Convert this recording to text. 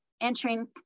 entering